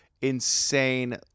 insane